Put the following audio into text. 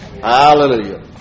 Hallelujah